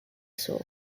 soar